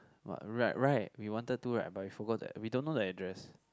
!wah! right right we wanted to right but we forgot the we don't know the address